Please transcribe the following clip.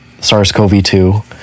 SARS-CoV-2